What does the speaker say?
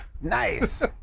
Nice